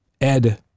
Ed